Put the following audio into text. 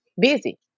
busy